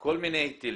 כל מיני היטלים.